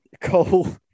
Cole